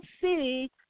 see